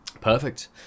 perfect